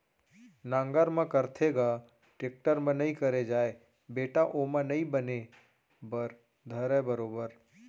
नांगर म करथे ग, टेक्टर म नइ करे जाय बेटा ओमा नइ बने बर धरय बरोबर